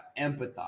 empathize